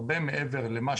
הרבה מעבר למה